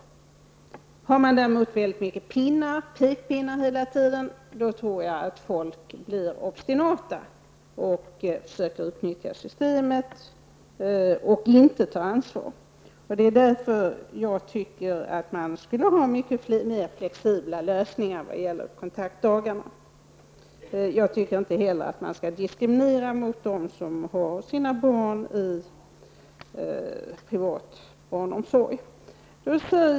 Kommer man däremot hela tiden med pekpinnar tror jag att människor blir obstinata och försöker utnyttja systemet och inte ta ansvar. Därför anser jag att man borde ha mycket mer av flexibla lösningar när det gäller kontaktdagarna, och jag tycker inte heller att man skall diskriminera dem som har sina barn i privat barnomsorg.